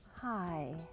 Hi